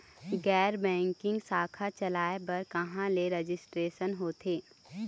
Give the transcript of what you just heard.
गैर बैंकिंग शाखा चलाए बर कहां ले रजिस्ट्रेशन होथे?